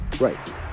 Right